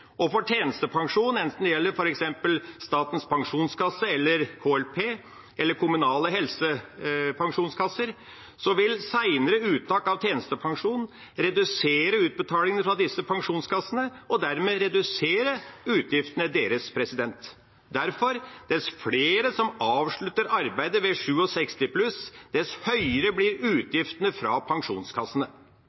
at opparbeidet tjenestepensjon ikke skal reduseres om en jobber lenger. Senterpartiets forslag har altså ingen konsekvenser for folketrygdens utgifter eller tjenestepensjonen. Enten det gjelder Statens pensjonskasse, KLP eller kommunale helsepensjonskasser, vil senere uttak av tjenestepensjon redusere utbetalingene fra disse pensjonskassene og dermed redusere utgiftene deres. Derfor: Dess flere som avslutter arbeidet ved 67 år, dess høyere blir utgiftene